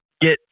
get